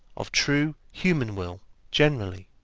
of true human will generally.